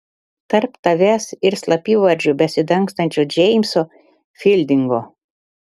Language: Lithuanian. tarp tavęs ir slapyvardžiu besidangstančio džeimso fildingo